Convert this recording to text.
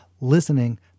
Listening